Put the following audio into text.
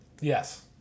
yes